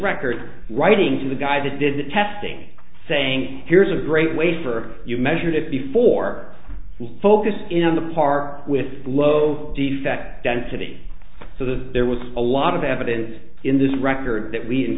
record writing to the guy that did the testing saying here's a great way for you measured it before we focus it on the par with blow defect density so there was a lot of evidence in this record that we in